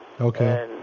Okay